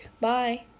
Bye